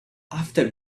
after